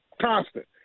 Constant